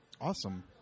Awesome